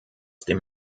dem